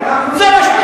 ערבים.